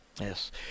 yes